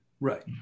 Right